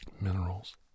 minerals